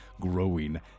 growing